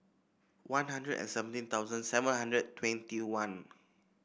One Hundred and seventeen thousand seven hundred twenty one